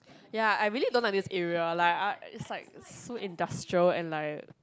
ya I really don't like this area like uh it's like so industrial and like